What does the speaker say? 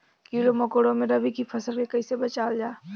कीड़ों मकोड़ों से रबी की फसल के कइसे बचावल जा?